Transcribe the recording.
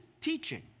teaching